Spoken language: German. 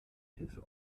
hilfe